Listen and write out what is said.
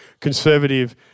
conservative